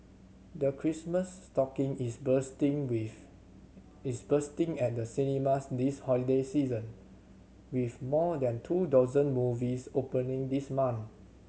the Christmas stocking is bursting with is bursting and the cinemas this holiday season with more than two dozen movies opening this month